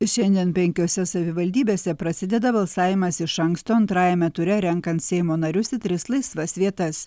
šiandien penkiose savivaldybėse prasideda balsavimas iš anksto antrajame ture renkant seimo narius į tris laisvas vietas